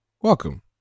welcome